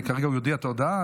המלחמה),